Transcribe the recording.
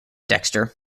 dexter